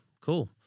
Cool